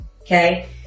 Okay